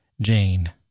Jane